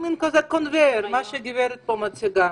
מין כזה --- מה שהגברת פה מציגה.